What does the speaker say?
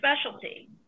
specialty